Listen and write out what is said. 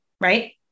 right